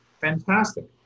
fantastic